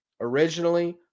originally